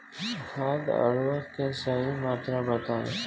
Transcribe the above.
खाद उर्वरक के सही मात्रा बताई?